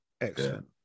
Excellent